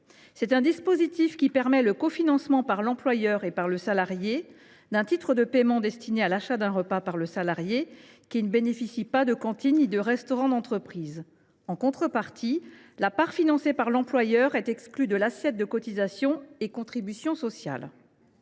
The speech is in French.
de personnes. Il permet le cofinancement par l’employeur et par le salarié d’un titre de paiement destiné à l’achat d’un repas par un salarié ne bénéficiant ni d’une cantine ni d’un restaurant d’entreprise. En contrepartie, la part financée par l’employeur est exclue de l’assiette des cotisations et des contributions sociales.